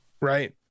right